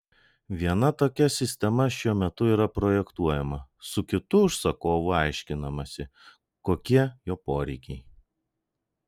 viena tokia sistema šiuo metu yra projektuojama su kitu užsakovu aiškinamasi kokie jo poreikiai